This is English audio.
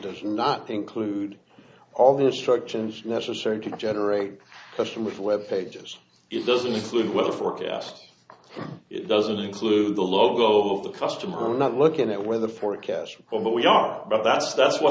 does not include all the instructions necessary to generate custom with web pages it doesn't include weather forecast it doesn't include the logo of the customer not looking at weather forecasts of what we are but that's that's